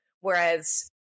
Whereas